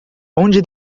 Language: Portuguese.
onde